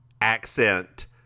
accent